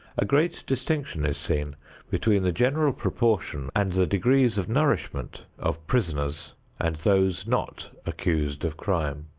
a great distinction is seen between the general proportion and the degrees of nourishment of prisoners and those not accused of crime.